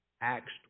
Acts